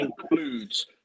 includes